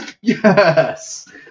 Yes